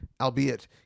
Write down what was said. albeit